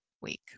week